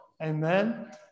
Amen